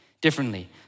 differently